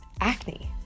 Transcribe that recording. acne